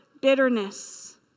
bitterness